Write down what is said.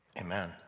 amen